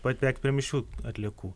patekt prie mišrių atliekų